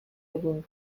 egin